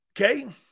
Okay